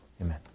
Amen